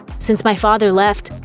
since my father left,